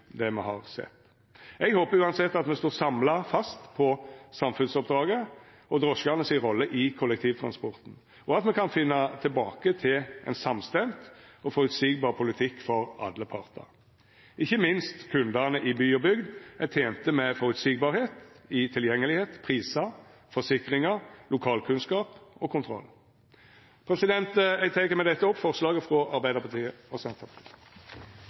han me har. Eg håpar uansett at me samla står fast på samfunnsoppdraget og drosjane si rolle i kollektivtransporten, og at me kan finna tilbake til ein samstemd og føreseieleg politikk for alle partar. Ikkje minst kundane i by og bygd er tente med føreseielege vilkår når det gjeld tilgang, prisar, forsikringar, lokalkunnskap og kontroll. Eg tek med dette opp forslaget frå Arbeidarpartiet og Senterpartiet.